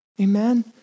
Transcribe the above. Amen